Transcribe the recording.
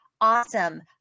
awesome